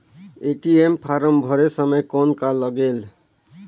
ATM form भरे समय कौन का लगेल?